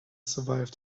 survive